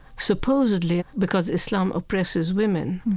supposedly because islam oppresses women.